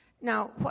Now